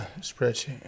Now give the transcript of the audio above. spreadsheet